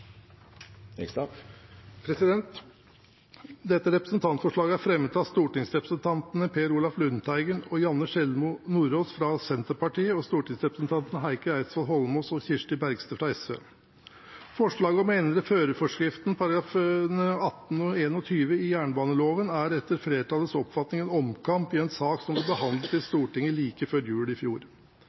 vedtatt. Dette representantforslaget er fremmet av stortingsrepresentantene Per Olaf Lundteigen og Janne Sjelmo Nordås fra Senterpartiet og stortingsrepresentantene Heikki Eidsvoll Holmås og Kirsti Bergstø fra SV. Forslaget om å endre førerforskriftens §§ 18 og 21 i jernbaneloven er etter flertallets oppfatning en omkamp i en sak som ble behandlet i Stortinget like før jul i fjor.